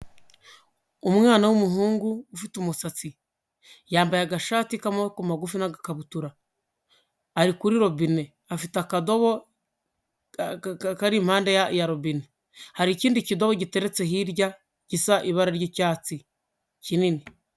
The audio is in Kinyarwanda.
Umwana w'umuhungu ufite umusatsi, yambaye agashati k'amaboko magufi n'akabutura, ari kuri robine, afite akadobo kari impande ya robine, hari ikindi kido giteretse hirya gisa ibara ry'icyatsi kinini.